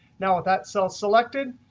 now, with that cell selected,